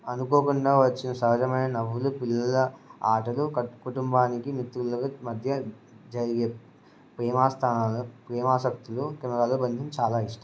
అనుకోకుండా వచ్చిన సహజమైన నవ్వులు పిల్లల ఆటలు కుటుంబానికి మిత్రులకు మధ్య జరిగే ప్రేమాస్థానాలు ప్రేమాశక్తులు కెమెరాలో బంధించడం చాలా ఇష్టం